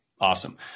Awesome